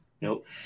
Nope